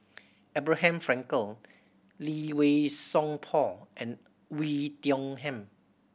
Abraham Frankel Lee Wei Song Paul and Oei Tiong Ham